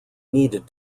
needed